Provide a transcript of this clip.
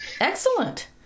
Excellent